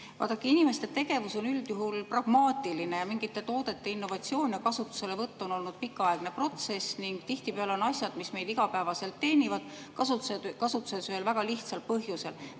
Vaadake, inimeste tegevus on üldjuhul pragmaatiline ja mingite toodete innovatsioon ja kasutuselevõtt on olnud pikaaegne protsess. Tihtipeale on asjad, mis meid igapäevaselt teenivad, kasutuses ühel väga lihtsal põhjusel: